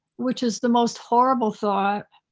which is the most horrible thought.